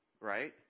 right